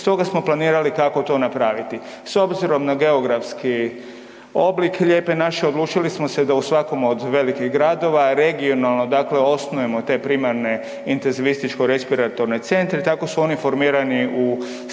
stoga smo planirali kako to napraviti. S obzirom na geografski oblik „Lijepe naše“ odlučili smo se da u svakom od velikih gradova regionalno osnujemo te primarne intenzivističko-respiratorne centre, tako su oni formirani u Splitu,